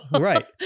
Right